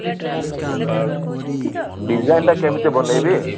ଡିଜାଇନ୍ଟା କେମିତି ବନାଇବି